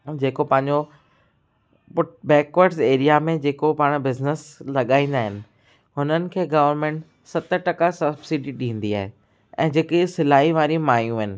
जेको पंहिंजो पुट बैकवर्ड्स एरिया में जेको पाण बिज़नेस लॻाईंदा आहिनि हुननि खे गर्वमेंट सत टका सब्सिडी ॾींदी आहे ऐं जेकी सिलाई वारी माइयूं आहिनि